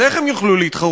אז איך הם יוכלו להתחרות?